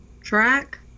track